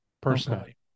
personally